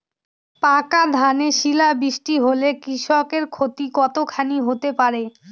পাকা ধানে শিলা বৃষ্টি হলে কৃষকের ক্ষতি কতখানি হতে পারে?